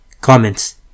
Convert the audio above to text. Comments